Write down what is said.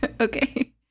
Okay